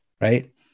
right